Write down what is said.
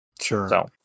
Sure